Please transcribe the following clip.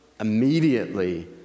immediately